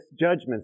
judgments